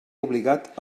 obligat